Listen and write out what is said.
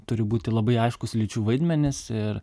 turi būti labai aiškūs lyčių vaidmenys ir